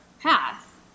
path